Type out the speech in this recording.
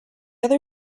other